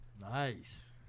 Nice